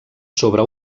sobre